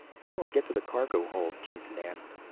how do i get to the cargo hold? jason asked.